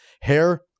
Hair